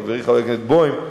חברי חבר הכנסת בוים,